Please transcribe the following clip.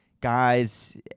guys